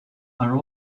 are